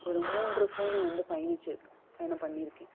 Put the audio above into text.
ஒரு மூன்று ஃபோனை வந்து பயனுச்சி பயணம் பண்ணிருக்கேன்